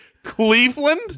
Cleveland